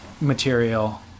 material